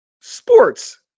Sports